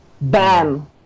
bam